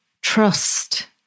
trust